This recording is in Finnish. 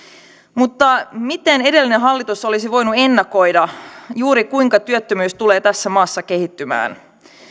mutta miten edellinen hallitus olisi voinut ennakoida juuri kuinka työttömyys tulee tässä maassa kehittymään